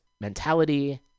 mentality